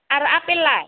आरो आफेल लाय